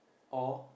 or